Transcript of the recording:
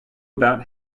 about